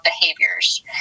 behaviors